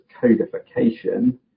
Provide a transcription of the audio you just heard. codification